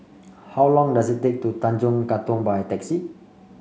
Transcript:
how long does it take to Tanjong Katong by taxi